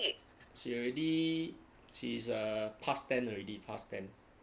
she already she's a past tense already past tense